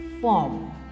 form